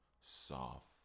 soft